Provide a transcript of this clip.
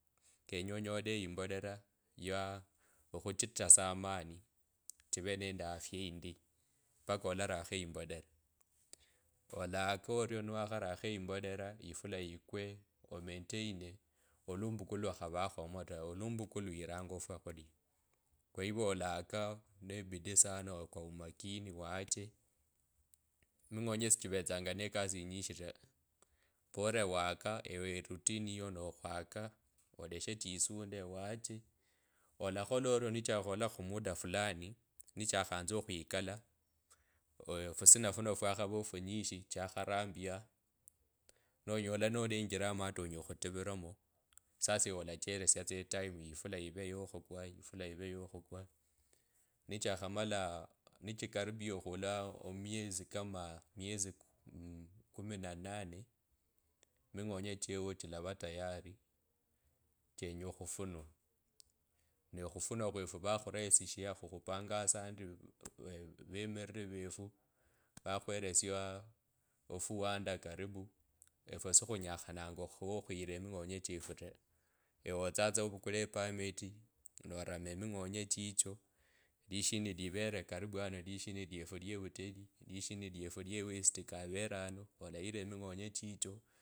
Kenye onyole eyimbolela yaa okhuchitsa ama chive nende afyaa eyindayi baka olavakho imbolera olaka orio niwakharakha yimbolela yifula yikwee omaintaine olamba lukhabakhomo ta olumbuka lwiranga eshakhulia kwa hivyo olaka nebidii sana kwa umakini wacha minyonye shichivetdanga ne kasi yinyishi sana ta bora waka ewe erutini yiyo nokhwaka oleshe chisunde wacha. Olakhola orio nichakhola khumuda fulani nichakhanza okhwikala fusina funo fwakhava ofunyishi chakharambiya nonyola nolenjilamo hata onyela okhutuvilamo sasa ewe alajiesia tsa etimu ifula i’ve yakhukwa ifula i’ve yokhukwa nichakhamalaah nichikaripia okhula umiezi kama aah mwezi mmm kumi na nane na nane mingonye cheuwo chilavaya tayari chelenya okhufunwa ne okhufuna khwefu vakhusaisi shia ekhupanda asanti khu vemiriri vefu vakhwele sya ofuwanda karibu efwe sikhunyakhananga wo khuyila eming’onye chefo ta otsitsatsa ovukele epameti norama eminyonye chicho lishini livete karibu ano lishini lwefu iwe vutali lishini lwefu lwe westi kavele ano olayela eminyonye chicho